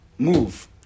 move